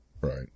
Right